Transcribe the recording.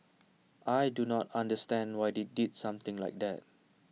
I do not understand why they did something like that